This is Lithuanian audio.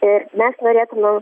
ir mes norėtume